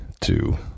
two